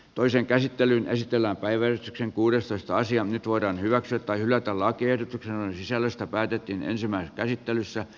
toisen käsittelyn esitellään päiväretken kuudestoista sija nyt voidaan hyväksyä tai hylätä lakiehdotukset joiden sisällöstä päätettiin ensimmäisessä käsittelyssä